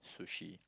sushi